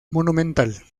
monumental